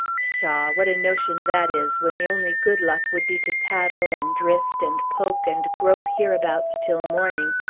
pshaw! what a notion that is, when the only good luck would be to paddle, and drift, and poke, and grope, hereabouts, till morning,